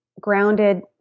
grounded